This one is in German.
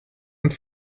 und